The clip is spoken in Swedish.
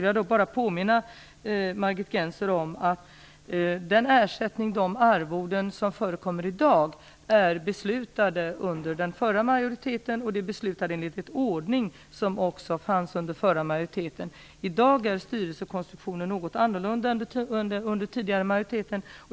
Jag vill bara påminna Margit Gennser om att den ersättning och de arvoden som förekommer i dag är beslutade under den förra majoriteten och enligt en ordning som gällde under den förra majoriteten. I dag är styrelsekonstruktionen något annan än under den tidigare majoriteten.